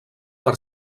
per